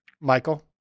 Michael